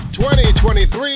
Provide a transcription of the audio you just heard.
2023